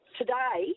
today